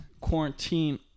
quarantine